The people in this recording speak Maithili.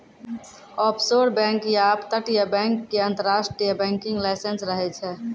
ऑफशोर बैंक या अपतटीय बैंक के अंतरराष्ट्रीय बैंकिंग लाइसेंस रहै छै